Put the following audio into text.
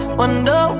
wonder